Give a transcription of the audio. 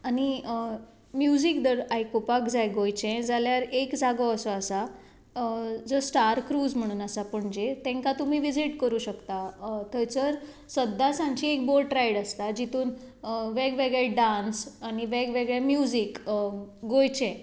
आनी म्युजिक दर आयकुपाक जाय जाल्यार गोंयचें जाल्यार एक जागो असो आसा जो स्टार क्रुज म्हूण आसा पणजे तांकां तुमी विजीट करूं शकतात थंयसर सद्दा सांजची एक बोट रायड आसता जितून वेग वेगळे डांस आनी वेग वेगळे म्युजिक गोंयचें